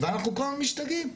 ואנחנו משתגעים.